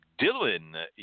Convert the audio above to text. Dylan